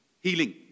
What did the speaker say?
Healing